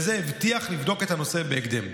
והוא הבטיח לבדוק את הנושא בהקדם.